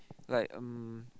like um